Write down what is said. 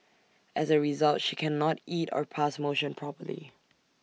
as A result she cannot eat or pass motion properly